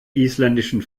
isländischen